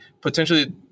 potentially